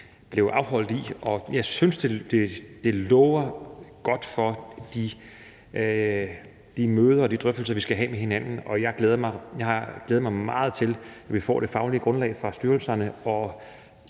blev afholdt i, og jeg synes, det lover godt for de møder og de drøftelser, vi skal have med hinanden. Jeg har glædet mig meget til, at vi får det faglige grundlag fra styrelserne, og